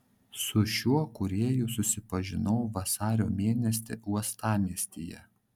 su šiuo kūrėju susipažinau vasario mėnesį uostamiestyje